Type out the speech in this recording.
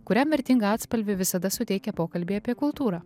kuriam vertingą atspalvį visada suteikia pokalbiai apie kultūrą